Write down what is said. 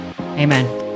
Amen